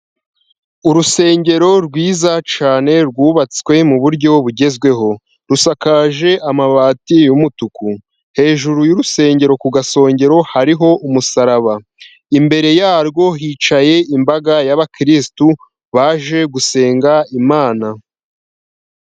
Urusengero rwiza cyane rwubatswe mu buryo bugezweho, rusakaje amabati yumutuku, hejuru yurusengero ku gasongero hariho umusaraba, imbere yarwo hicaye imbaga y'abakirisitu baje gusenga Imana.